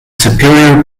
superior